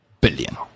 billion